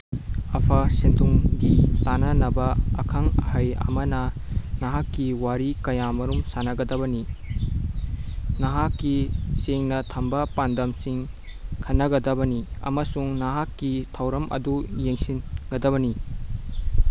ꯑꯐ ꯁꯦꯟꯊꯨꯝꯒꯤ ꯇꯥꯟꯅꯅꯕ ꯑꯈꯪ ꯑꯍꯩ ꯑꯃꯅ ꯅꯍꯥꯛꯀꯤ ꯋꯥꯔꯤ ꯀꯌꯥ ꯑꯃꯔꯣꯝ ꯁꯥꯟꯅꯒꯗꯕꯅꯤ ꯅꯍꯥꯛꯀꯤ ꯁꯦꯡꯅ ꯊꯝꯕ ꯄꯥꯟꯗꯝꯁꯤꯡ ꯈꯟꯅꯒꯗꯕꯅꯤ ꯑꯃꯁꯨꯡ ꯅꯍꯥꯛꯀꯤ ꯊꯧꯔꯝ ꯑꯗꯨ ꯌꯦꯡꯁꯤꯟꯒꯗꯕꯅꯤ